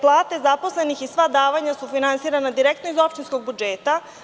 Plate zaposlenih i sva davanja su finansirana direktno iz opštinskog budžeta.